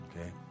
Okay